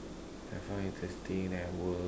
I found interesting then I work